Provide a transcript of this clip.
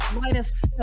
minus